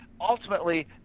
ultimately